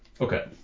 okay